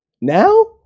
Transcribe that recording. now